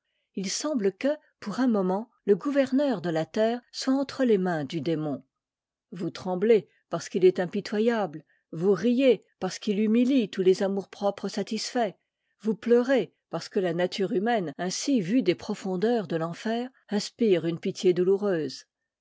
il semble que pour un moment le gouvernement de la terre soit entre les mains du démon vous tremblez parce qu'il est impitoyable vous riez parce qu'il humitie tous les amours-propres satisfaits vous pleurez parce que la nature humaine ainsi vue des profondeurs de l'enfer inspire une pitié dou